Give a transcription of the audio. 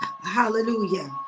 Hallelujah